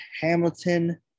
Hamilton